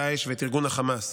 דאעש ואת ארגון חמאס,